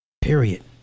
Period